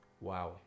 Wow